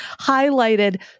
highlighted